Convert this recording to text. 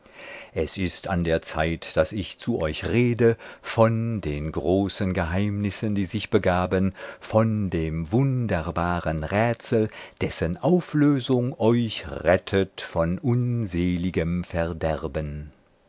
es ist an der zeit daß ich zu euch rede von den großen geheimnissen die sich begaben von dem wunderbaren rätsel dessen auflösung euch rettet von unseligem verderben